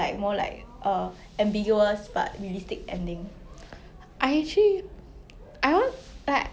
but then 有些西那个 last two episode like suddenly revelation like everywhere here and there and then 那种我不喜欢